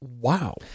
Wow